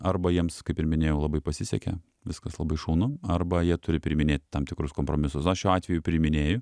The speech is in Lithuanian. arba jiems kaip ir minėjau labai pasisekė viskas labai šaunu arba jie turi priiminėt tam tikrus kompromisus aš šiuo atveju priiminėju